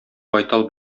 байтал